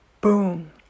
boom